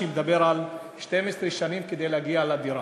שמדבר על 12 שנים כדי להגיע לדירה.